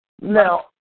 Now